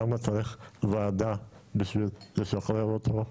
למה צריך ועדה בשביל לשחרר אותו,